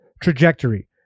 trajectory